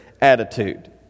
attitude